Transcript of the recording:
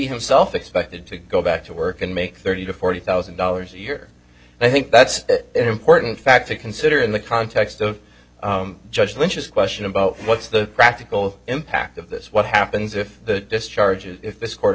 himself expected to go back to work and make thirty to forty thousand dollars a year and i think that's an important fact to consider in the context of judge lynch's question about what's the practical impact of this what happens if the discharges if th